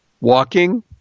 Walking